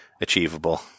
achievable